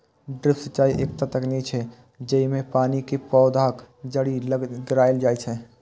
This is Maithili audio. ड्रिप सिंचाइ एकटा तकनीक छियै, जेइमे पानि कें पौधाक जड़ि लग गिरायल जाइ छै